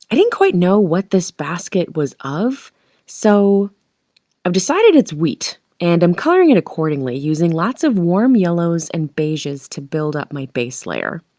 and didn't quite know what this basket was of so i've decided it's wheat and i'm coloring it accordingly using lots of warm yellows and beiges to build up my base layer